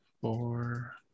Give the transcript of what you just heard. four